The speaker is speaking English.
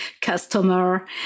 customer